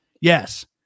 Yes